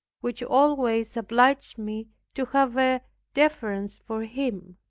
which always obliged me to have a deference for him.